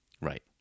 Right